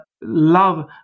love